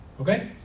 Okay